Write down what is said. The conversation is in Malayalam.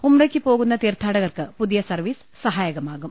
ഉംറയ്ക്കു പോകുന്ന തീർത്ഥാടകർക്ക് പുതിയ സർവീസ് സഹായകമാകും